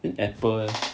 and apple leh